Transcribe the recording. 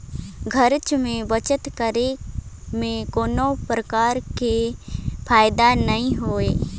घरेच में बचत करे में कोनो परकार के फायदा नइ होय